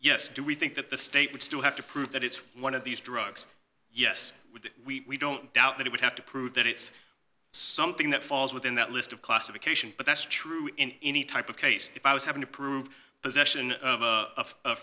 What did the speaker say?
yes do we think that the stay we still have to prove that it's one of these drugs yes we don't doubt that it would have to prove that it's something that falls within that list of classification but that's true in any type of case if i was having to prove possession of